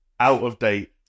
out-of-date